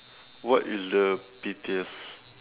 what is the pettiest